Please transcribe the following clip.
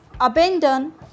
abandon